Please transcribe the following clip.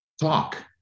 talk